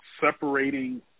separating